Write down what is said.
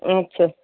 আচ্ছা